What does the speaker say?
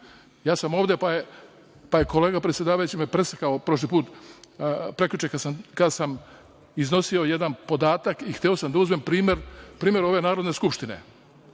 ja sam ovde, kolega predsedavajući me je presekao prošli put, prekjuče kada sam iznosio jedan podatak i hteo da uzmem primer ove Narodne skupštine,